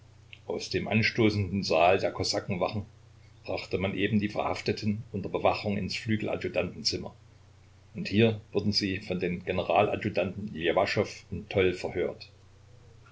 aus dem anstoßenden saal der kosakenwachen brachte man eben die verhafteten unter bewachung ins flügeladjutantenzimmer und hier wurden sie von den generaladjutanten ljewaschow und toll verhört